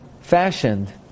fashioned